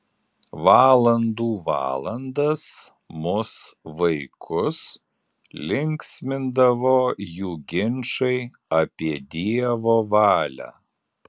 valandų valandas mus vaikus linksmindavo jų ginčai apie dievo valią